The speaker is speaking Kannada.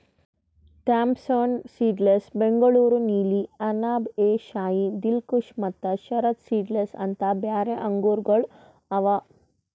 ಥಾಂಪ್ಸನ್ ಸೀಡ್ಲೆಸ್, ಬೆಂಗಳೂರು ನೀಲಿ, ಅನಾಬ್ ಎ ಶಾಹಿ, ದಿಲ್ಖುಷ ಮತ್ತ ಶರದ್ ಸೀಡ್ಲೆಸ್ ಅಂತ್ ಬ್ಯಾರೆ ಆಂಗೂರಗೊಳ್ ಅವಾ